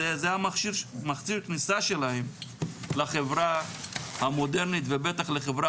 זה המכשיר כניסה שלהם לחברה המודרנית ובטח לחברה